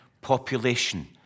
population